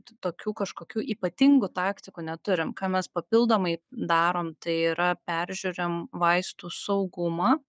tokių kažkokių ypatingų taktikų neturim ką mes papildomai darom tai yra peržiūrim vaistų saugumą